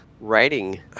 writing